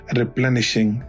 replenishing